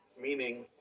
meaning